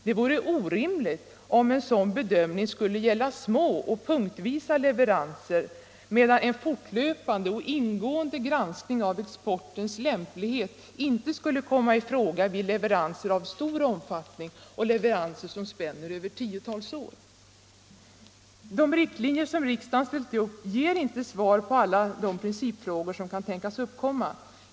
Det vore orimligt om en sådan bedömning skulle gälla små och punktvisa leveranser, medan en fortlöpande och ingående granskning av exportens lämplighet inte skulle komma i fråga vid leveranser av stor omfattnirig och leveranser som spänner över tiotals år. De riktlinjer som riksdagen ställt upp ger inte svar på alla de principfrågor som kan tänkas uppkomma.